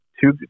two